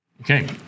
okay